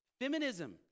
feminism